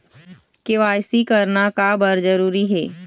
KYC करना का बर जरूरी हे?